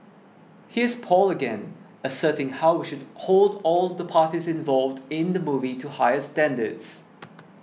here's Paul again asserting how we should hold all the parties involved in the movie to higher standards